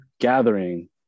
gathering